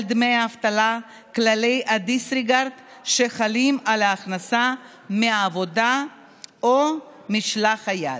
דמי האבטלה כללי הדיסרגרד שחלים על הכנסה מעבודה או משלח יד.